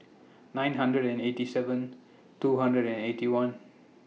nine hundred and eighty seven two hundred and Eighty One